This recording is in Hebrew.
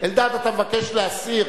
אלדד, אתה מבקש להסיר,